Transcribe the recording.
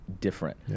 different